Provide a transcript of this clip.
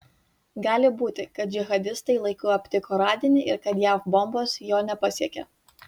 gali būti kad džihadistai laiku aptiko radinį ir kad jav bombos jo nepasiekė